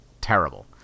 terrible